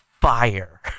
fire